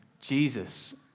Jesus